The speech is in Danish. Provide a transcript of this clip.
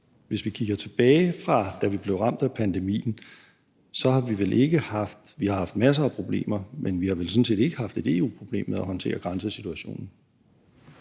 Hvis vi kigger tilbage, fra vi blev ramt af pandemien, har vi haft masser af problemer, men vi har vel sådan set ikke haft et EU-problem med at håndtere grænsesituationen.